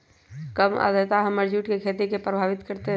कम आद्रता हमर जुट के खेती के प्रभावित कारतै?